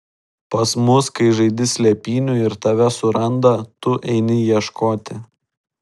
pas mus kai žaidi slėpynių ir tave suranda tu eini ieškoti